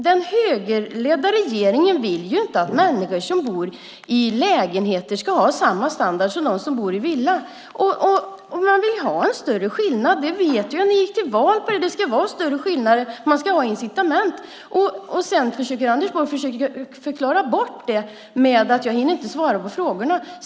Den högerledda regeringen vill inte att människor som bor i lägenhet ska ha samma standard som de som bor i villa. Ni vill ha större skillnader. Det vet vi; det gick ni ju till val på. Man ska ha incitament. Sedan försöker Anders Borg förklara bort det med att säga att han inte hinner svara på frågorna.